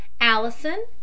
Allison